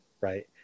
right